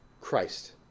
Christ